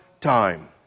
time